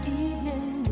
evening